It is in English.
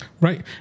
Right